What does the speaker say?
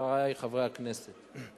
חברי חברי הכנסת,